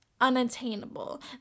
unattainable